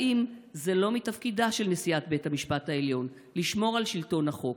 האם זה לא מתפקידה של נשיאת בית המשפט העליון לשמור על שלטון החוק,